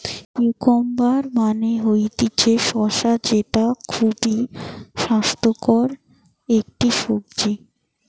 cucumber মানে হতিছে শসা যেটা খুবই স্বাস্থ্যকর একটি সবজি